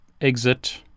exit